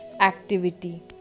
activity